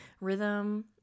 rhythm